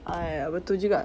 !aiya! betul juga